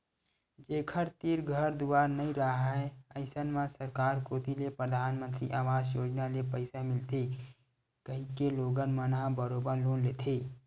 जेखर तीर घर दुवार नइ राहय अइसन म सरकार कोती ले परधानमंतरी अवास योजना ले पइसा मिलथे कहिके लोगन मन ह बरोबर लोन लेथे